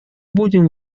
будем